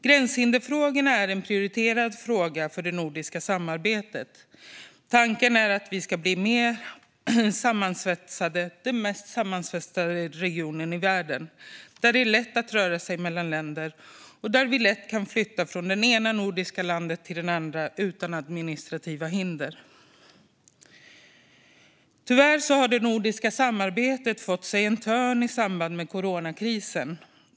Gränshindersfrågorna är prioriterade för det nordiska samarbetet. Tanken är att vi ska bli den mest sammansvetsade regionen i världen, där det är lätt att röra sig mellan länder och där vi lätt kan flytta från det ena nordiska landet till det andra utan administrativa hinder. Tyvärr har det nordiska samarbetet fått sig en törn i samband med coronakrisen.